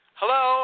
hello